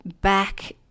back